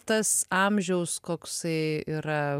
tas amžiaus koksai yra